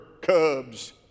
cubs